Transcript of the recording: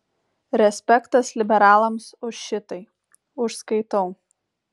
respektas liberalams už šitai užskaitau